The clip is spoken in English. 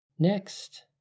Next